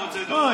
לא,